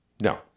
No